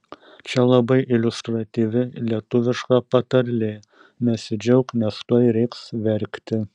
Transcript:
čia labai iliustratyvi lietuviška patarlė nesidžiauk nes tuoj reiks verkti